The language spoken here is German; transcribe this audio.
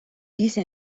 diese